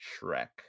Shrek